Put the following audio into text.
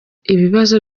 ibibazo